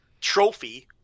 trophy